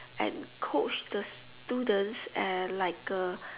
and coach the students and